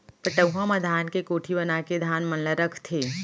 पटउहां म धान के कोठी बनाके धान मन ल रखथें